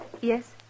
Yes